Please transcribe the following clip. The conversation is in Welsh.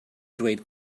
dweud